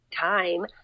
time